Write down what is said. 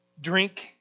Drink